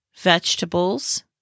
vegetables